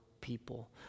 people